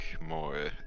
more